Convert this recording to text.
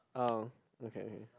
oh okay